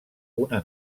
una